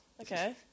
Okay